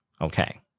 Okay